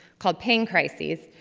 called pain crises,